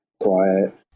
quiet